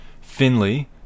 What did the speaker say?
Finley